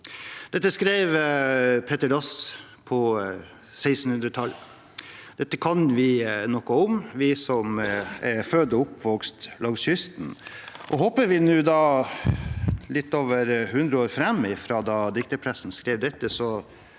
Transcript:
Dette skrev Petter Dass på 1600-tallet, og dette kan vi noe om, vi som er født og oppvokst langs kysten. Hopper vi litt over hundre år fram fra da dikterpresten skrev diktet,